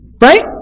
Right